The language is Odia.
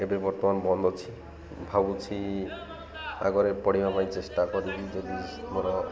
ଏବେ ବର୍ତ୍ତମାନ ବନ୍ଦ ଅଛି ଭାବୁଛି ଆଗରେ ପଢ଼ିବା ପାଇଁ ଚେଷ୍ଟା କରିବି ଯଦି ମୋର